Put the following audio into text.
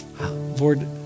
Lord